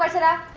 and